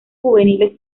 juveniles